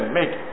make